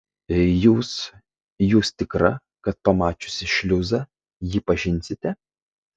jūs jūs tikra kad pamačiusi šliuzą jį pažinsite